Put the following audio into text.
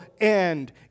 end